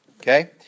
okay